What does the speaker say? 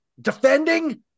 defending